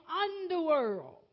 underworld